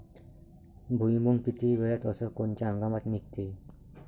भुईमुंग किती वेळात अस कोनच्या हंगामात निगते?